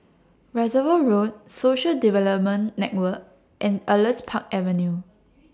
Reservoir Road Social Development Network and Elias Park Avenue